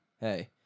hey